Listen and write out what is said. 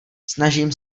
snažím